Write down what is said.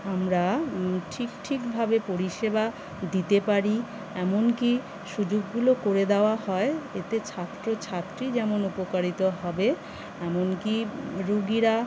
আমরা ঠিক ঠিকভাবে পরিষেবা দিতে পারি এমনকি সুযোগগুলো করে দেওয়া হয় এতে ছাত্র ছাত্রী যেমন উপকারিত হবে এমনকি রুগীরা